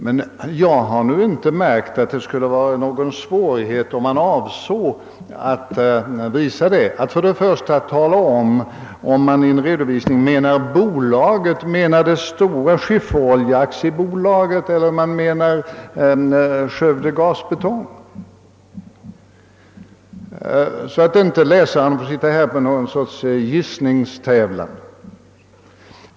Men jag har inte märkt att det skulle vara någon svårighet, om man avser att visa det, att i en redovisning ange vilket bolag man menar — alltså i detta fall om man menar det stora Skifferoljeaktiebolaget eller Skövde Gasbetong. Läsaren skall ju inte behöva ägna sig åt någon sorts gissningstävlan.